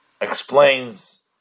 explains